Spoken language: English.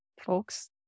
folks